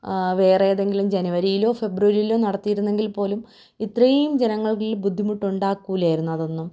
വേറെയേതെങ്കിലും ജനുവരിയിലൊ ഫെബ്രുവരിയിലൊ നടത്തിയിരുന്നെങ്കിൽപ്പോലും ഇത്രയും ജനങ്ങൾക്ക് ഈ ബുദ്ധിമുട്ടുണ്ടാക്കില്ലായിരുന്നു അതൊന്നും